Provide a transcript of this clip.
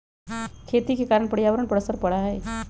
खेती के कारण पर्यावरण पर असर पड़ा हई